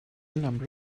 number